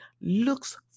looks